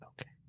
Okay